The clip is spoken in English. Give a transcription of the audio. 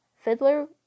Fiddler